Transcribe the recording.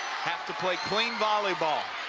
have to play clean volleyball